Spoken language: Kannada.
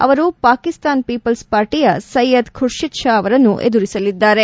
ಅವರು ಪಾಕಿಸ್ತಾನ್ ಪೀಪಲ್ಪ್ ಪಾರ್ಟಿಯ ಸೈಯದ್ ಖುರ್ಷದ್ ಷಾ ಅವರನ್ನು ಎದುರಿಸಲಿದ್ದಾರೆ